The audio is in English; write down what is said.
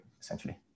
essentially